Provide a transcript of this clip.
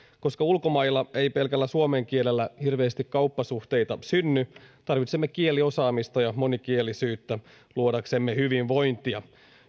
koska ulkomailla ei ei pelkällä suomen kielellä hirveästi kauppasuhteita synny tarvitsemme kieliosaamista ja monikielisyyttä luodaksemme hyvinvointia